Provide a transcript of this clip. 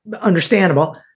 understandable